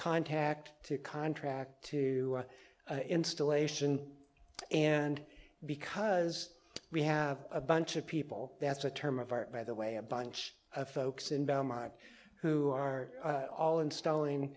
contact to contract to installation and because we have a bunch of people that's a term of art by the way a bunch of folks in belmont who are all installing